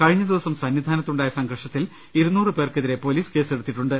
കഴിഞ്ഞ ദിവസം സന്നിധാ നത്തുണ്ടായ സംഘർഷത്തിൽ ഇരുന്നൂറ് പേർക്കെതിരെ പോലീസ് കേസെ ടുത്തിട്ടുണ്ട്